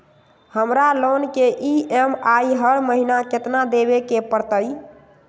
हमरा लोन के ई.एम.आई हर महिना केतना देबे के परतई?